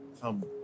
Come